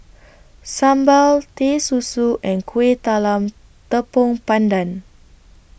Sambal Teh Susu and Kuih Talam Tepong Pandan